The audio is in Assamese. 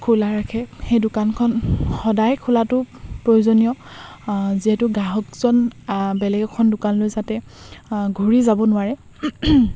খোলা ৰাখে সেই দোকানখন সদায় খোলাটো প্ৰয়োজনীয় যিহেতু গ্ৰাহকজন বেলেগ এখন দোকানলৈ যাতে ঘূৰি যাব নোৱাৰে